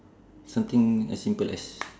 something as simple as